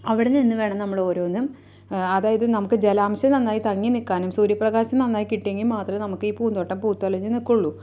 അവിടെനിന്ന് വേണം നമ്മളോരോന്നും അതായത് നമുക്ക് ജലാംശം നന്നായി തങ്ങിനില്ക്കാനും സൂര്യപ്രകാശം നന്നായി കിട്ടിയെങ്കില് മാത്രമേ നമുക്കീ പൂന്തോട്ടം പൂത്തുലഞ്ഞ് നില്ക്കുകയുള്ളൂ